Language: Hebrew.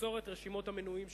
למסור את רשימות המנויים שלהן.